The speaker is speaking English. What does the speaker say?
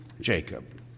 Jacob